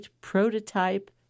prototype